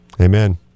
Amen